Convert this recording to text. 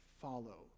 follow